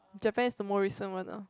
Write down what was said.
Japan is the more recent one lah